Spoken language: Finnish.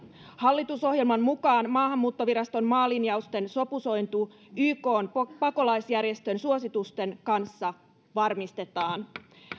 hallitusohjelman mukaan maahanmuuttoviraston maalinjausten sopusointu ykn pakolaisjärjestön suositusten kanssa varmistetaan